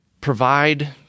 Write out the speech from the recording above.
provide